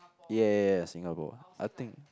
ya ya ya Singapore I think